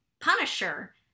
punisher